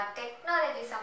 technology